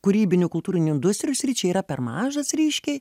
kūrybinių kultūrinių industrijų sričiai yra per mažas ryškiai